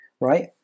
right